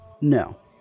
No